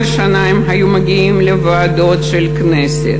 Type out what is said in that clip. כל שנה הם היו מגיעים לוועדות של הכנסת,